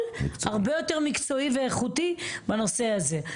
הרבה יותר מקצועי ואיכותי בנושא הזה.